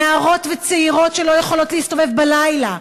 נערות וצעירות שלא יכולות להסתובב בלילה,